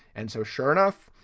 and so, sure enough,